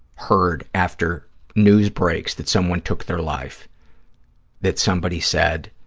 heard after news breaks that someone took their life that somebody said,